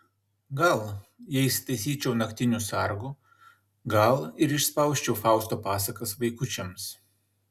gal jei įsitaisyčiau naktiniu sargu gal ir išspausčiau fausto pasakas vaikučiams